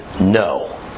no